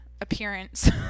appearance